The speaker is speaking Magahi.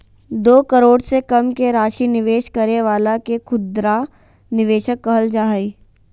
दो करोड़ से कम के राशि निवेश करे वाला के खुदरा निवेशक कहल जा हइ